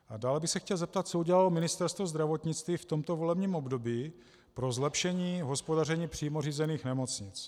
A dále bych se chtěl zeptat, co udělalo Ministerstvo zdravotnictví v tomto volebním období pro zlepšení hospodaření přímo řízených nemocnic.